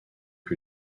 que